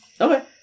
Okay